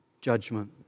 judgment